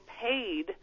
paid